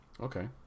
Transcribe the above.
Okay